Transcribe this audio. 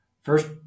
First